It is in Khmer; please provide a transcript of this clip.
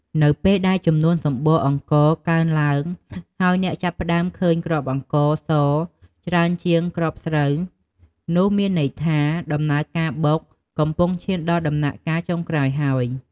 នៅពេលដែលចំនួនសម្បកអង្ករកើនឡើង ហើយអ្នកចាប់ផ្តើមឃើញគ្រាប់អង្ករសច្រើនជាងគ្រាប់ស្រូវ នោះមានន័យថាដំណើរការបុកកំពុងឈានដល់ដំណាក់កាលចុងក្រោយហើយ។